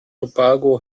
tobago